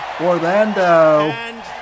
Orlando